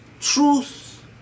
truth